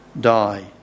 die